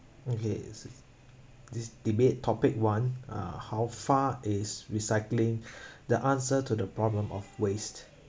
okay is this debate topic one uh how far is recycling the answer to the problem of waste